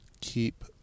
Keep